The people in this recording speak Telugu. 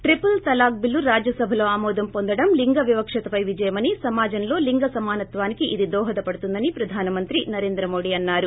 ట్రిపుల్ తలాక్ బిల్లు రాజ్యసభలో ఆమోదం పొందడం లింగ వివక్షతపై విజయమని సమాజంలో లింగ సమానత్వానికి ఇది దోహదపడుతుందని ప్రధాన మంత్రి నరేంద్రమోదీ అన్నారు